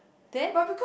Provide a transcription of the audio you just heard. then